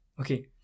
Okay